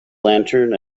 lantern